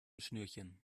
schnürchen